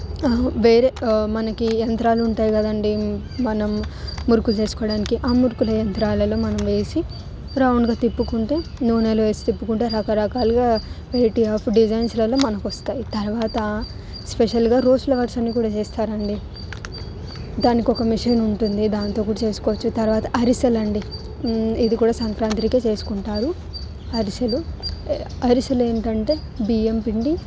వేరే మనకి యంత్రాలు ఉంటాయి కదండి మనం మురుకులు చేసుకోవడానికి ఆ మురుకుని యంత్రాలలో మనం వేసి రౌండ్గా తిప్పుకుంటే నూనెలో వేసి తిప్పుకుంటే రకరకాలుగా వెరైటీ ఆఫ్ డిజైన్స్లలో మనకి వస్తాయి తర్వాత స్పెషల్గా రోస్ ఫ్లవర్స్ కూడా చేస్తారండి దానికి ఒక మిషన్ ఉంటుంది దానితో కూడా చేసుకోవచ్చు తర్వాత అరిసెలు అండి ఇది కూడా సంక్రాంతికి చేసుకుంటారు అరిసెలు అరిసెలు ఏంటంటే బియ్యం పిండి